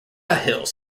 hills